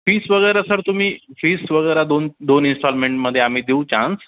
fees वगैरा sir तुम्ही fees वगैरा दोन दोन इनस्टॉलमेंटमध्ये आम्ही देऊ चान्स